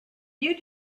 you